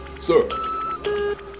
Sir